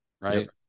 Right